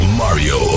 mario